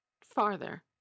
farther